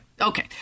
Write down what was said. Okay